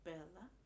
Bella